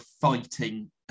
fighting